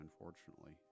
unfortunately